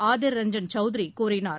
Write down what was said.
ஆதிர்ரஞ்சன் சௌத்ரி கூறினார்